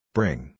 Bring